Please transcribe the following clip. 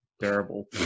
terrible